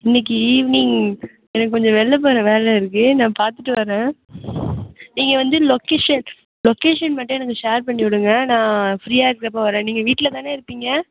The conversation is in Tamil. இன்னிக்கு ஈவினிங் எனக்கு கொஞ்சம் வெளில போகிற வேலை இருக்குது நான் பார்த்துட்டு வரேன் நீங்கள் வந்து லொகேஷன் லொகேஷன் மட்டும் எனக்கு ஷேர் பண்ணி விடுங்க நான் ஃப்ரீயாக இருக்கிற அப்போது வரேன் நீங்கள் வீட்டில் தானே இருப்பீங்க